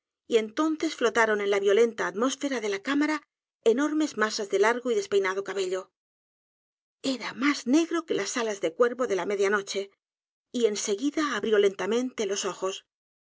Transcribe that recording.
y entonces flotaron en la violenta atmósfera de la cámara enormes masas de largo y despeinado cabello era más negro que las alas de cuervo de la media noche y en seguida abrió lentamente los ojos